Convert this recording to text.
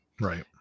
right